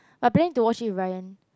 I plan to watch it with Ryan